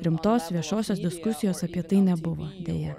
rimtos viešosios diskusijos apie tai nebuvo deja